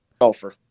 Golfer